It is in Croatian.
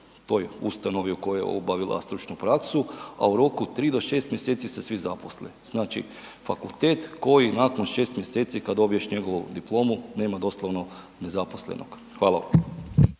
toj ustanovi u kojoj je obavila stručnu praksu a u roku od 3 do 6 mj. se svi zaposle. Znači fakultet koji nakon 6 mj. kad dobiješ njegovu diplomu, nema doslovno nezaposlenog. Hvala.